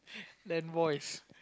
then voice